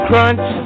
Crunch